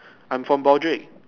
I'm from Broadrick